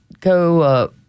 go